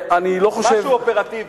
אני לא חושב, משהו אופרטיבי.